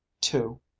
two